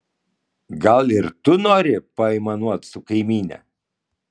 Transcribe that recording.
gal ir tu nori paaimanuot su kaimyne